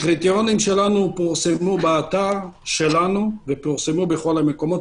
הקריטריונים שלנו פורסמו באתר שלנו ובכל המקומות.